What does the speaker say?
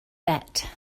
bet